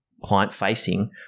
client-facing